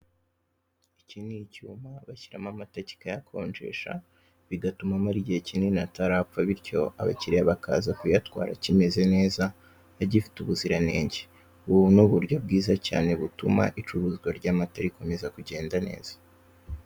Iki nicyuma bashyiramo amata kikayakonjesha bigatuma amara igihe kinini atarapfa bityo abakiriya bakaza kuyatwara akimeze neza agifite ubuziranenge, ubu nuburyo bwiza cyane butuma icuruzwa ry'amata rikomeza kugenda neza.